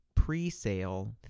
pre-sale